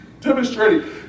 demonstrating